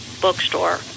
bookstore